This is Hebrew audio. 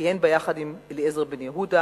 וכיהן בה יחד עם אליעזר בן-יהודה.